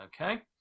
Okay